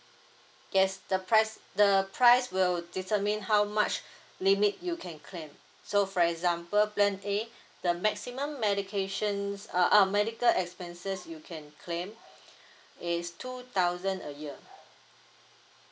yes the price the price will determine how much limit you can claim so for example plan A the maximum medications err medical expenses you can claim is two thousand a year